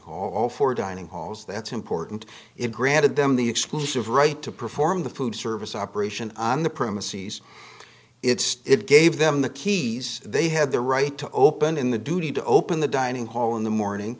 hall for dining halls that's important it granted them the exclusive right to perform the food service operation on the premises it's it gave them the keys they had the right to open in the duty to open the dining hall in the morning